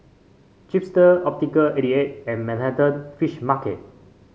Chipster Optical eighty eight and Manhattan Fish Market